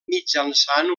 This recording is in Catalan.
mitjançant